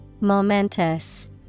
Momentous